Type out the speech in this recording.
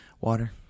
Water